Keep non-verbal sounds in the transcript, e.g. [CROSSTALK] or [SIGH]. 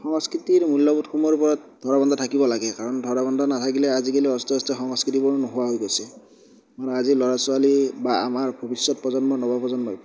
সংস্কৃতিৰ মূল্যবোধৰসমূহৰ ওপৰত ধৰাবন্ধা থাকিব লাগে কাৰণ ধৰাবন্ধা নাথাকিলে আজিকালি [UNINTELLIGIBLE] সংস্কৃতিবোৰ নোহোৱা হৈ গৈছে [UNINTELLIGIBLE] আজিৰ ল'ৰা ছোৱালী বা আমাৰ ভৱিষ্যত প্ৰজন্মৰ নৱপ্ৰজন্মই